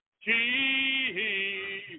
Jesus